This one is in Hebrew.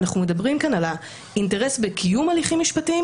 אנחנו מדברים כאן על האינטרס בקיום הליכים משפטיים